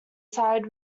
side